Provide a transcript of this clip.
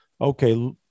okay